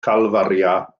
calfaria